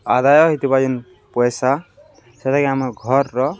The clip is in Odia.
ଆଦାୟ ଏଇତ ବଜିନ ପଇସା ସେଟାକି ଆମ ଘରର